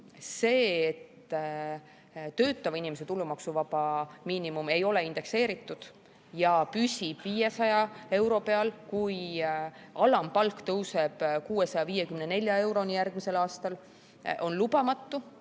See, et töötava inimese tulumaksuvaba miinimum ei ole indekseeritud ja püsib 500 euro peal, kui alampalk tõuseb 654 euroni järgmisel aastal, on lubamatu.